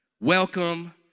Welcome